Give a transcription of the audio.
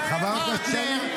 פרטנר -- חברת הכנסת לזימי,